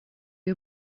you